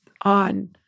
on